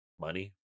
money